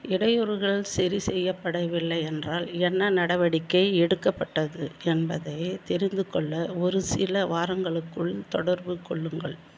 இடையூறுகள் சரி செய்யப்படவில்லை என்றால் என்ன நடவடிக்கை எடுக்கப்பட்டது என்பதை தெரிந்து கொள்ள ஒரு சில வாரங்களுக்குள் தொடர்பு கொள்ளுங்கள்